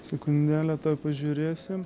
sekundėlę tuoj pažiūrėsim